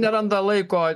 neranda laiko